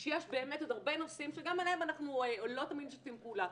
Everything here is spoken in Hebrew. שיש באמת עוד הרבה נושאים שגם עליהם אנחנו לא תמיד משתפים פעולה.